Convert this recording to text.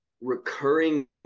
recurring